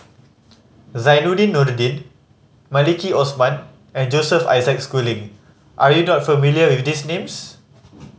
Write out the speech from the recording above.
Zainudin Nordin Maliki Osman and Joseph Isaac Schooling are you not familiar with these names